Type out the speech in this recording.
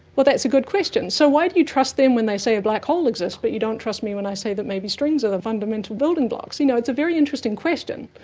that's a good question, so why do you trust them when they say a black hold exists but you don't trust me when i say that maybe strings are the fundamental building blocks? you know, it's a very interesting question.